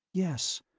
yes,